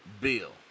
bill